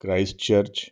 christ church